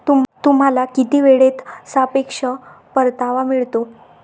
तुम्हाला किती वेळेत सापेक्ष परतावा मिळतो?